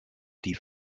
die